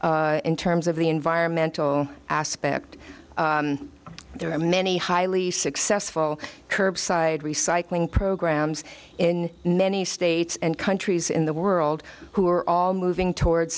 issue in terms of the environmental aspect there are many highly successful curbside recycling programs in many states and countries in the world who are all moving towards